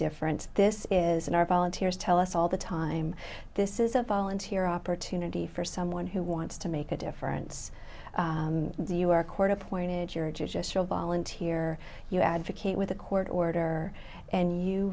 difference this is in our volunteers tell us all the time this is a volunteer opportunity for someone who wants to make a difference you are court appointed you're just volunteer you advocate with a court order and you